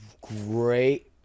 great